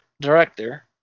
director